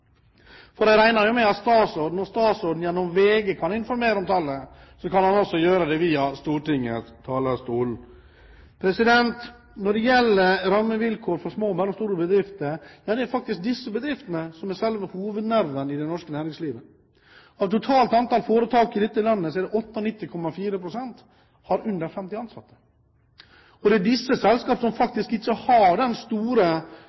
For jeg regner jo med at statsråden, når statsråden gjennom VG kan informere om tallet, også kan gjøre det via Stortingets talerstol. Når det gjelder rammevilkår for små og mellomstore bedrifter, er det faktisk disse bedriftene som er selve hovednerven i det norske næringslivet. Av totalt antall foretak i dette landet har 98,4 pst. under 50 ansatte. Det er disse selskapene som ikke har den store kapitalbasen og det store antallet ansatte som